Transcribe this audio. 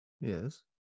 Yes